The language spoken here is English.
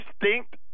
distinct